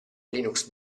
linux